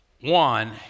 one